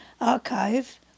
archive